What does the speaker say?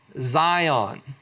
Zion